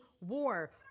war